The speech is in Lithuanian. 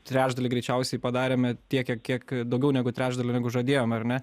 trečdalį greičiausiai padarėme tiek kiek kiek daugiau negu trečdalį nrgu žadėjom ar ne